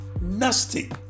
nasty